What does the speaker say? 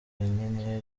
inyenyeri